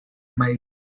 might